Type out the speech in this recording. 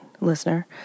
listener